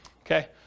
Okay